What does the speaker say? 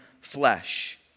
flesh